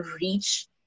reach